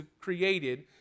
created